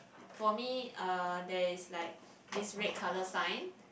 for me uh there is like this red colour sign